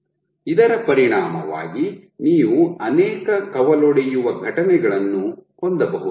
ಇದರ ಪರಿಣಾಮವಾಗಿ ನೀವು ಅನೇಕ ಕವಲೊಡೆಯುವ ಘಟನೆಗಳನ್ನು ಹೊಂದಬಹುದು